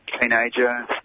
teenager